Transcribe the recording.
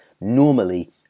normally